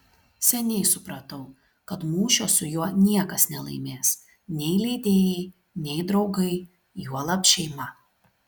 seniai supratau kad mūšio su juo niekas nelaimės nei leidėjai nei draugai juolab šeima